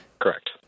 Correct